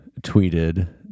tweeted